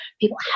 people